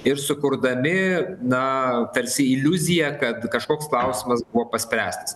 ir sukurdami na tarsi iliuziją kad kažkoks klausimas buvo paspręstas